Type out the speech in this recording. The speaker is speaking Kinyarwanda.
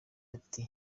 ati